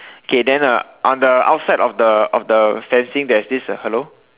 okay then uh on the outside of the of the fencing there's this a hello